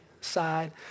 side